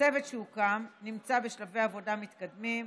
הצוות שהוקם נמצא בשלבי עבודה מתקדמים,